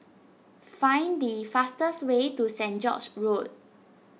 find the fastest way to Saint George's Road